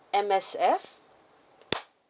M_S_F